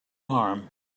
harm